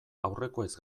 aurrekoez